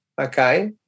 okay